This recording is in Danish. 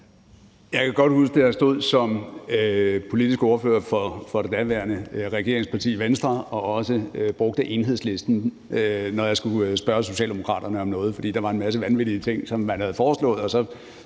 Jeg kan godt huske, da jeg stod som politisk ordfører for det daværende regeringsparti Venstre og brugte Enhedslisten, når jeg skulle spørge Socialdemokraterne om noget, fordi der var blevet foreslået